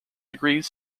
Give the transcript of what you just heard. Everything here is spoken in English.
degree